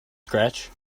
scratch